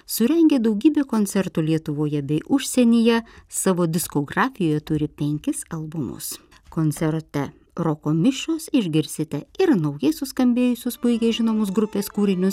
surengė daugybę koncertų lietuvoje bei užsienyje savo diskografijoje turi penkis albumus koncerte roko mišios išgirsite ir naujai suskambėjusius puikiai žinomus grupės kūrinius